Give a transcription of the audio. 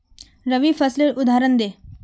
रवि फसलेर उदहारण दे?